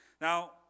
Now